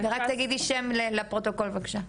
2019. רק תציגי את עצמך, שם לפרוטוקול בבקשה.